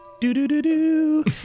Do-do-do-do